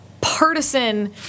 Partisan